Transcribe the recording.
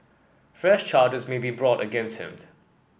fresh charges may be brought against him